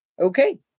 okay